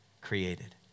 created